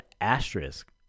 asterisk